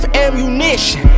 ammunition